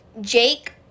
Jake